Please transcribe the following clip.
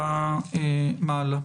שההצעה מעלה.